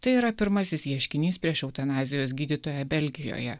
tai yra pirmasis ieškinys prieš eutanazijos gydytoją belgijoje